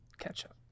Ketchup